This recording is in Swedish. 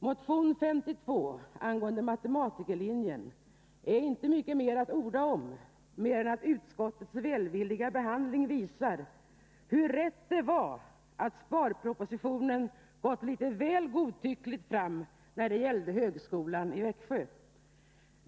Motion 52 angående matematikerlinjen är inte mycket mer att orda om — utskottets välvilliga behandling visar hur rätt vi hade när vi ansåg att sparpropositionen gått litet väl godtyckligt fram när det gällde högskolan i Växjö.